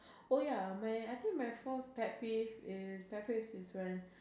oh ya my I think my fourth tap piece is tap piece is when